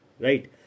right